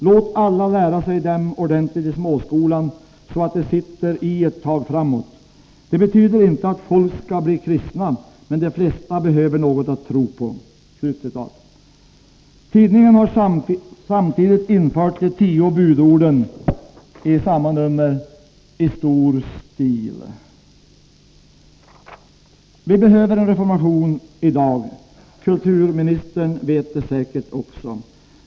Låt alla lära sig dem ordentligt i småskolan så att det sitter i ett tag framåt. Det behöver inte betyda att folk ska bli kristna. Men de flesta behöver något att tro på.” Tidningen har i samma nummer infört de tio budorden, tryckta med stor stil. Vi behöver en reformation i dag — också kulturministern vet säkert det.